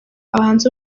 abahanzi